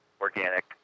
organic